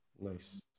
Nice